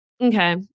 okay